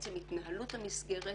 עצם התנהלות המסגרת